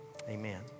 Amen